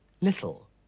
Little